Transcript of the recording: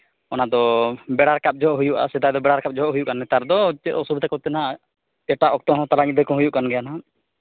ᱚᱱᱟ ᱫᱚ ᱵᱮᱲᱟ ᱨᱟᱠᱟᱵ ᱡᱚᱦᱚᱜ ᱦᱩᱭᱩᱜᱼᱟ ᱥᱮᱫᱟᱭ ᱫᱚ ᱵᱮᱲᱟ ᱨᱟᱠᱟᱵ ᱡᱚᱦᱚᱜ ᱦᱩᱭᱩᱜ ᱠᱟᱱᱟ ᱱᱮᱛᱟᱨ ᱫᱚ ᱪᱮᱫ ᱚᱥᱩᱵᱤᱫᱟ ᱠᱚᱛᱮᱱᱟᱜ ᱮᱴᱟᱜ ᱚᱠᱛᱚ ᱦᱚᱸ ᱛᱟᱞᱟ ᱧᱤᱫᱟᱹ ᱦᱚᱸ ᱦᱩ ᱭᱩᱜ ᱠᱟᱱ ᱜᱮᱭᱟ ᱱᱟᱜ